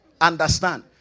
understand